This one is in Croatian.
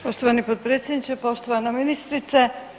Poštovani potpredsjedniče, poštovani ministrice.